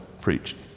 preached